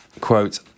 Quote